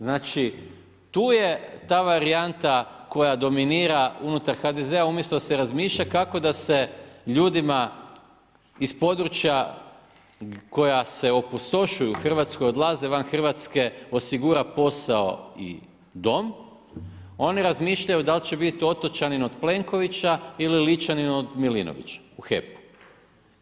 Znači, tu je ta varijanta koja dominira unutar HDZ-a umjesto da se razmišlja kako da se ljudima iz područja koja se opustošuju, u RH odlaze van Hrvatske, osigura posao i dom, oni razmišljaju da li će biti otočanin od Plenkovića ili Ličanin od Milinovića u HEP-u.